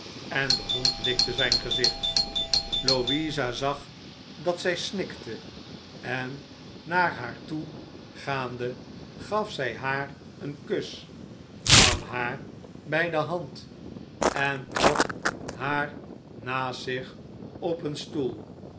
en de hond likte zijn gezicht louisa zag dat zij snikte en naar haar toe gaande gaf zij haar een kus nam haar bij de hand en trok haar naast zich op een stoel